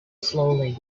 slowly